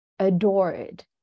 adored